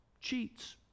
cheats